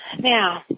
Now